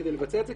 כדי לבצע את זה.